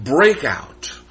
breakout